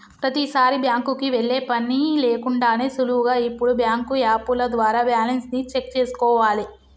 ప్రతీసారీ బ్యాంకుకి వెళ్ళే పని లేకుండానే సులువుగా ఇప్పుడు బ్యాంకు యాపుల ద్వారా బ్యాలెన్స్ ని చెక్ చేసుకోవాలే